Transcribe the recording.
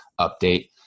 update